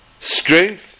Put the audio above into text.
strength